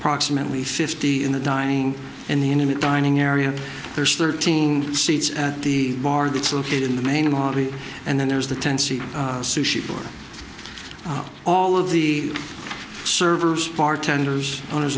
approximately fifty in the dining and the intimate dining area there's thirteen seats at the bar that's located in the main lobby and then there's the tents eat sushi bar all of the servers bartenders owners